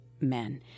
men